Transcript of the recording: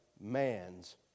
man's